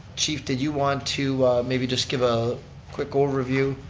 chief, did you want to maybe just give a quick overview?